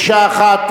מקשה אחת,